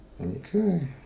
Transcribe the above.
okay